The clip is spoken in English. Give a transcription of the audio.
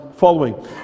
following